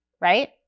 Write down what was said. right